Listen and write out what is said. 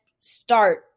start